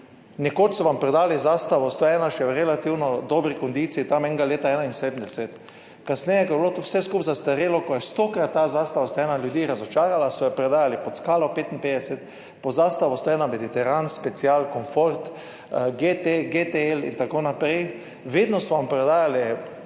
Nekoč so vam prodali Zastavo 101 še relativno dobri kondiciji tam enega leta 1971, kasneje, ko je bilo to vse skupaj zastarelo, ko je stokrat ta Zastava 101 ljudi razočarala, so jo prodajali pod Skalo 55 pod Zastavo 101 Mediteran, Special, Komfort, GT, GTL itn. Vedno so vam prodajali